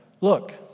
look